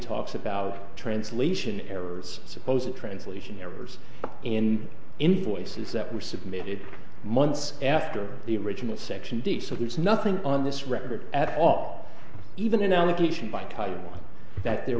talks about translation errors suppose of translation errors in invoices that were submitted months after the original section d so there's nothing on this record at all even an allegation by title that there